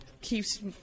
keeps